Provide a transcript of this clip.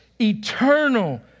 eternal